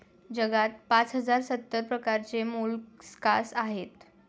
जगात पाच हजार सत्तर प्रकारचे मोलस्कास आहेत